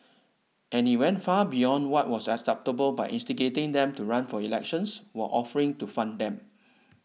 and he went far beyond what was acceptable by instigating them to run for elections while offering to fund them